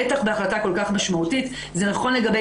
בטח בהחלטה כל כך משמעותית; זה נכון לגבי